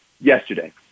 yesterday